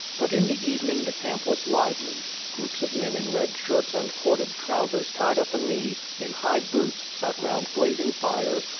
but in the evening the camp was lively. groups of men in red shirts and corded trousers tied at the knee, in high boots, sat round blazing fires,